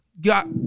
got